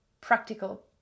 practical